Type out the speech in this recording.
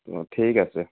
অঁ ঠিক আছে